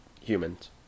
humans